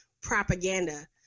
propaganda